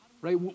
Right